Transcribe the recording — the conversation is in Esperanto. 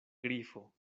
grifo